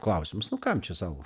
klausimas nu kam čia sau